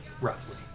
roughly